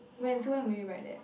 when so when will we ride that